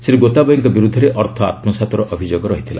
ଶ୍ରୀ ଗୋତାବୟଙ୍କ ବିରୁଦ୍ଧରେ ଅର୍ଥ ଆତ୍କସାତ୍ର ଅଭିଯୋଗ ଥିଲା